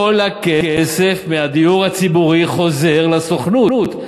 כל הכסף מהדיור הציבורי חוזר לסוכנות.